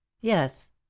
Yes